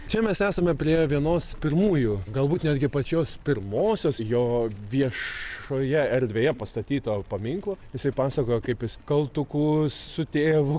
čia mes esame prie vienos pirmųjų galbūt netgi pačios pirmosios jo viešoje erdvėje pastatyto paminklo jisai pasakojo kaip jis kaltuku su tėvu